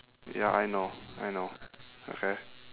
ya I know I know okay